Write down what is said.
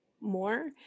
more